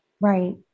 Right